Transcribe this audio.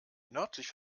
nördlich